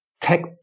tech